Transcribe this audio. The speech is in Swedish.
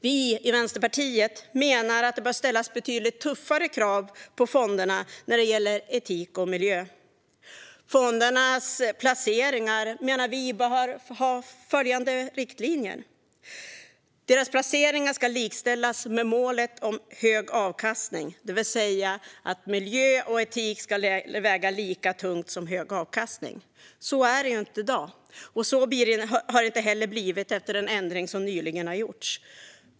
Vi i Vänsterpartiet menar att det bör ställas betydligt tuffare krav på fonderna när det gäller etik och miljö. Vi menar att fondernas placeringar bör ha följande riktlinjer: Deras placeringar ska likställas med målet om hög avkastning, det vill säga att miljö och etik ska väga lika tungt som hög avkastning. Så är det inte i dag. Så har det inte heller blivit efter den ändring som nyligen gjorts.